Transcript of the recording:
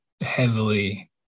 heavily